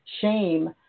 shame